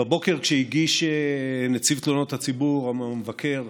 בבוקר, כשנציב תלונות הציבור, המבקר,